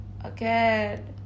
Again